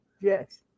yes